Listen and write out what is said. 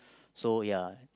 so ya